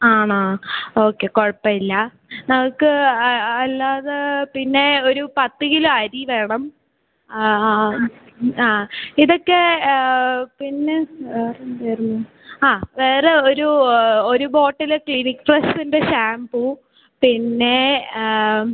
ആണോ ഓക്കെ കുഴപ്പമില്ല നമുക്ക് അല്ലാതെ പിന്നെ ഒരു പത്ത് കിലോ അരി വേണം ആ ആ അ ആ ഇതൊക്കെ പിന്നെ വേറെന്തുവായിരുന്നു ആ വേറെ ഒരു ഒരു ബോട്ടില് ക്ലിനിക് പ്ലെസ്സിന്റെ ഷാമ്പു പിന്നെ